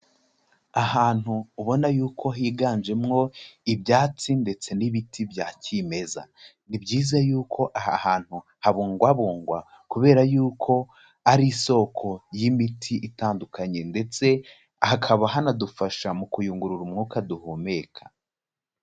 Ahantu ubona yuko higanjemwo ibyatsi ndetse n'ibiti bya cyimeza. Ni byiza yuko aha hantu habungwabungwa kubera yuko ari isoko y'imiti itandukanye ndetse, hakaba hanadufasha mu kuyungurura umwuka duhumeka.